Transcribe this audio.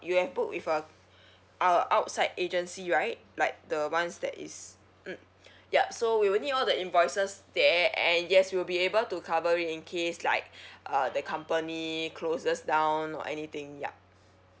you have booked with uh out~ outside agency right like the ones that is mm yup so we will need all the invoices there and yes we'll be able to cover it in case like uh the company closes down or anything yup